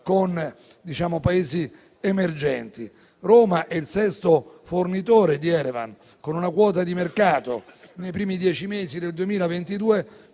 con i Paesi emergenti. Roma è il sesto fornitore di Erevan, con una quota di mercato, nei primi dieci mesi del 2022,